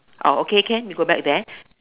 oh okay can you go back there